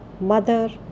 mother